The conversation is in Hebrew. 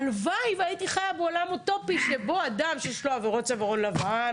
הלוואי שהייתי חיה בעולם אוטופי שבו אדם שיש לו עבירות צווארון לבן,